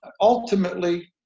Ultimately